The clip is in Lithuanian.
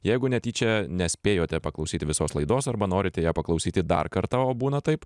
jeigu netyčia nespėjote paklausyti visos laidos arba norite ją paklausyti dar kartą o būna taip